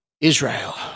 Israel